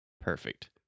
Perfect